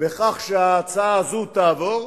על כך שההצעה הזאת עברה,